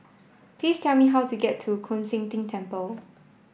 please tell me how to get to Koon Seng Ting Temple